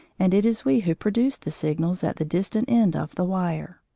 and it is we who produce the signals at the distant end of the wire.